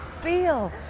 feel